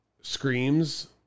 screams